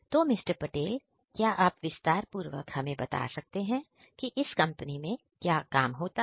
तो मिस्टर पटेल क्या आप विस्तार पूर्वक हमें बता सकते हैं कि इस कंपनी में क्या काम होता है